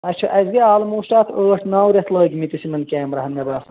اچھا اَسہِ گٔیے آلموسٹ اتھ ٲٹھ نَو ریتھ لٲگۍ مٕتس یِمن کیمرہن مےٚ باسان